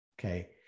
okay